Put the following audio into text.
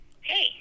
Hey